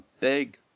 big